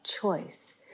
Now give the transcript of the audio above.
choice